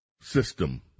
system